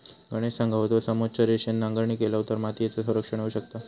गणेश सांगा होतो, समोच्च रेषेन नांगरणी केलव तर मातीयेचा संरक्षण होऊ शकता